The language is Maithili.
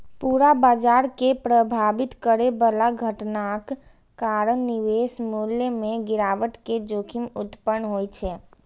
पूरा बाजार कें प्रभावित करै बला घटनाक कारण निवेश मूल्य मे गिरावट के जोखिम उत्पन्न होइ छै